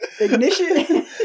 Ignition